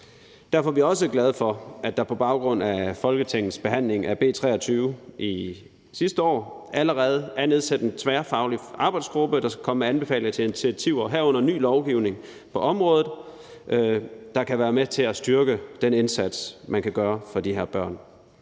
Derfor er vi også glade for, at der på baggrund af Folketingets behandling af B 23 sidste år allerede er nedsat en tværfaglig arbejdsgruppe, der skal komme med anbefalinger til initiativer, herunder ny lovgivning på området, der kan være med til at styrke den indsats, man kan gøre for de her børn.